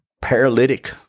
paralytic